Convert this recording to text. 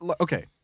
okay